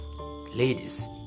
ladies